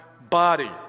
body